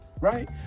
right